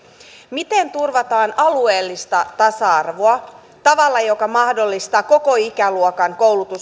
miten turvataan alueellista tasa arvoa tavalla joka mahdollistaa koko ikäluokan